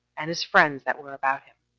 and his friends that were about him.